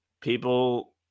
People